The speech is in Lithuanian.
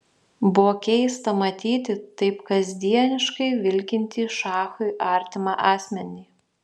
buvo keista matyti taip kasdieniškai vilkintį šachui artimą asmenį